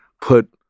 put